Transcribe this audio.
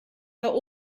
herr